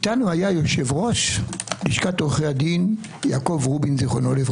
אתנו היה יושב-ראש לשכת עורכי הדין יעקב רובין ז"ל.